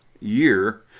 year